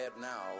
now